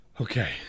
Okay